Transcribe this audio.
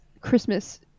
christmas